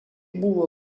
buvo